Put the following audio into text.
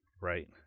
Right